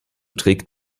trägt